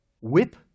whip